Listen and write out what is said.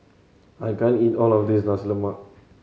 I can't eat all of this Nasi Lemak